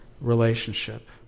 relationship